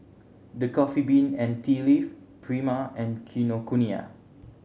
The Coffee Bean and Tea Leaf Prima and Kinokuniya